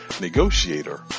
Negotiator